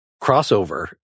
crossover